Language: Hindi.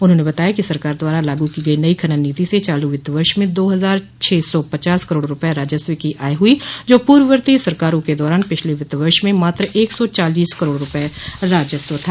उन्होंने बताया कि सरकार द्वारा लागू की गई नई खनन नीति से चालू वित्त वर्ष में दो हजार छह सौ पचास करोड़ रूपये राजस्व की आय हुई है जो पूर्ववर्ती सरकारों के दौरान पिछले वित्त वर्ष में मात्र एक सौ चालीस करोड़ रूपये राजस्व था